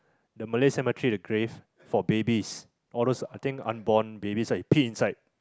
the Malay cemetery the grave for babies all those I think unborn babies right he peed inside